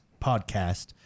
podcast